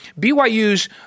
BYU's